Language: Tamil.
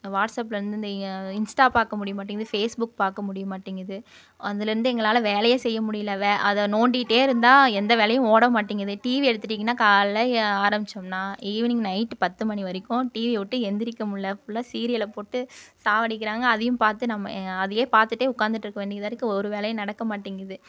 இந்த வாட்ஸப்லிருந்து இந்த இன்ஸ்டா பார்க்க முடிய மாட்டேங்குது ஃபேஸ் புக் பார்க்க முடிய மாட்டேங்குது அதிலேருந்து எங்களால் வேலையே செய்ய முடியலை வே அதை நோண்டிகிட்டே இருந்தால் எந்த வேலையும் ஓட மாட்டேங்குது டிவி எடுத்துகிட்டிங்கனா காலையில் ஆரம்பித்தோம்னா ஈவினிங் நைட்டு பத்து மணி வரைக்கும் டிவியை விட்டு எழுந்திரிக்க முடில்ல ஃபுல்லாக சீரியலை போட்டு சாகடிக்குறாங்க அதையும் பார்த்து நம்ம அதையே பார்த்துட்டே உட்காந்துகிட்ருக்க வேண்டியதாக இருக்குது ஒரு வேலையும் நடக்க மாட்டேங்குது